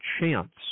chance